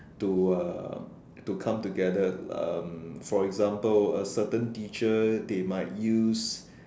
to uh to come together um for example a certain teacher they might use